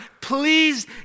Please